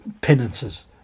penances